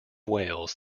wales